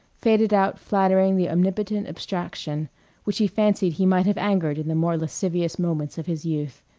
faded out flattering the omnipotent abstraction which he fancied he might have angered in the more lascivious moments of his youth.